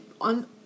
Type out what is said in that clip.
on